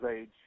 Age